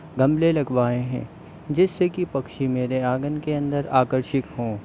गमले लगवाएं हैं जिससे कि पक्षी मेरे आँगन के अंदर आकर्षित हो